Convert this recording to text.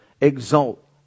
exalt